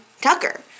Tucker